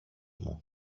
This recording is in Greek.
μου